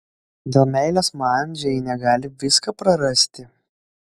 dėl meilės man džeinė gali viską prarasti